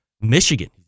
Michigan